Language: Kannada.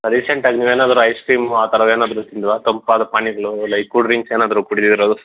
ರೀಸೆಂಟಾಗಿ ನೀವೇನಾದ್ರೂ ಐಸ್ ಕ್ರೀಮು ಆ ಥರದ್ದು ಏನಾದ್ರೂ ತಿಂದ್ರಾ ತಂಪಾದ ಪಾನೀಯಗಳು ಆಮೇಲೆ ಈ ಕೂಲ್ ಡ್ರಿಂಕ್ಸ್ ಏನಾದ್ರೂ ಕುಡ್ದಿರೋದು